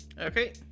Okay